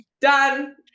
Done